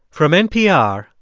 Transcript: from npr,